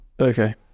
Okay